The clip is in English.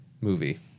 movie